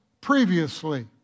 previously